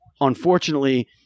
unfortunately